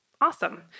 awesome